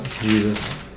Jesus